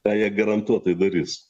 tą jie garantuotai darys